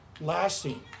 lasting